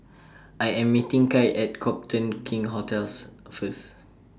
I Am meeting Kai At Copthorne King's hotels First